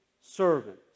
servant